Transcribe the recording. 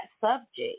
subject